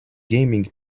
gaming